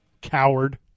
coward